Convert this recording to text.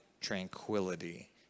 tranquility